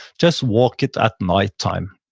just walk it at nighttime.